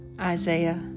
Isaiah